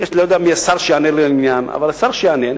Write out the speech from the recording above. אני לא יודע מי השר שיענה לעניין, אבל השר שיענה,